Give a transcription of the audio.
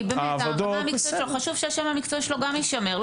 כי באמת הרמה המקצועית שלו חשוב שהשם המקצועי שלו גם יישמר.